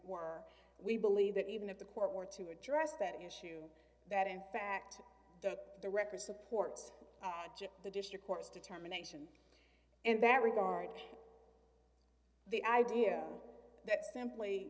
were we believe that even if the court were to address that issue that in fact that the record supports the district court's determination in that regard the idea that simply